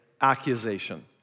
accusation